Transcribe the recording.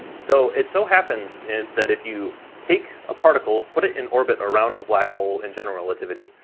so it so happens in that if you take a particle, put it in orbit around a black hole in general relativity,